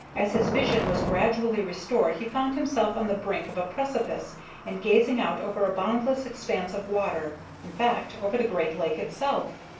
as his vision was gradually restored he found himself on the brink of a precipice and gazing out over a boundless expanse of water in fact, over the great lake itself.